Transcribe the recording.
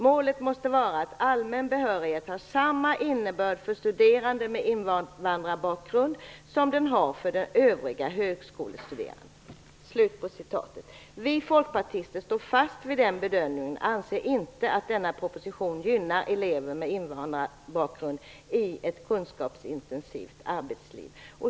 Målet måste vara att allmän behörighet har samma innebörd för studerande med invandrarbakgrund som den har för övriga högskolestuderande." Vi folkpartister står fast vid den bedömningen och anser inte att denna proposition gynnar elever med invandrarbakgrund i ett kunskapsintensivt arbetsliv.